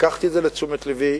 לקחתי את זה לתשומת לבי,